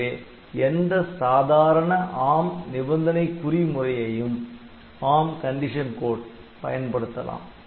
எனவே எந்த சாதாரண ARM நிபந்தனை குறிமுறையையும் பயன்படுத்தலாம்